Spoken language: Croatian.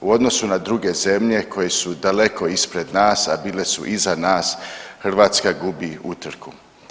U odnosu na druge zemlje koje su daleko ispred nas, a bile su iza nas, Hrvatska gubi utrku.